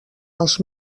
els